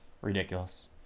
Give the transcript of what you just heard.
Ridiculous